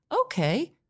okay